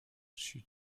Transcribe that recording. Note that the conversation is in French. sud